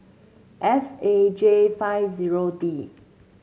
F A J five zero D